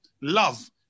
love